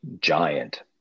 giant